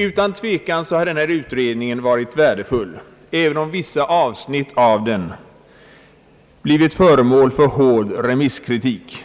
Utan tvekan har departementsutredningen varit värdefull, även om vissa avsnitt av den blivit föremål för hård remisskritik.